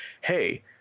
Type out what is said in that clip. hey